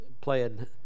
playing